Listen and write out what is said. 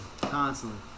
constantly